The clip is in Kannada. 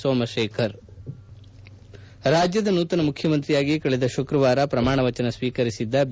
ಸೋಮಶೇಖರ್ ರಾಜ್ದದ ನೂತನ ಮುಖ್ಯಮಂತ್ರಿಯಾಗಿ ಕಳೆದ ಶುಕ್ರವಾರ ಪ್ರಮಾಣ ವಚನ ಸ್ವೀಕರಿಸಿದ್ದ ಬಿ